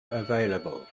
available